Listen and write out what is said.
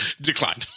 Decline